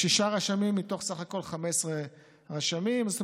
שישה רשמים מתוך 15 רשמים בסך הכול.